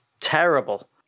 Terrible